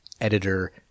editor